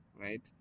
Right